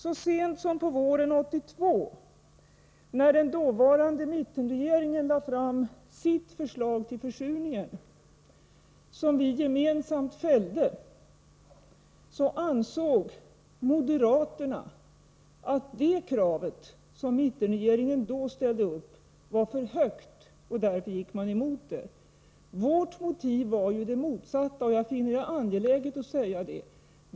Så sent som på våren 1982, när den dåvarande mittenregeringen lade fram sitt förslag beträffande försurningen, vilket vi gemensamt fällde, ansåg moderaterna att det krav som mittenregeringen då ställde var för högt. Därför gick moderaterna emot det. Vårt motiv var det motsatta. Jag finner Nr 88 det angeläget att framhålla detta.